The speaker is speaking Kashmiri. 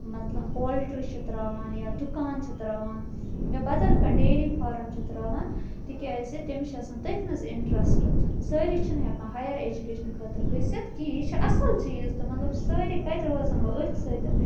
مَثلَن پولٹری چھِ ترٛاوان یا دُکان چھِ ترٛاوان یا بَدَل کانٛہہ ڈیری فارَم چھِ ترٛاوان تِکیٛازِ تٔمِس چھِ آسان تٔتھۍ منٛز اِنٹرَسٹہٕ سٲری چھِنہٕ ہیٚکان ہایَر ایٚجُوکیشنہٕ خٲطرٕ گٔژھِتھ کِہیٖنٛۍ یہِ چھِ اَصٕل چیٖز تہٕ مطلب سٲری کَتہِ روزان وۅنۍ أتھۍ سۭتٮ۪ن